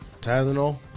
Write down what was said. Tylenol